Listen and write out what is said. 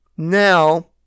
Now